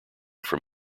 from